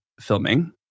filming